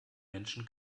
menschen